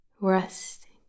Resting